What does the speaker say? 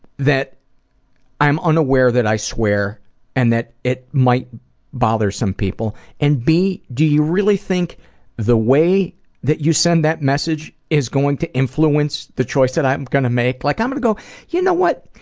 that i'm unaware that i swear and that it might bother some people and b do you really think the way that you send that message is going to influence the choice that i'm gonna make? like i'm gonna go you know what,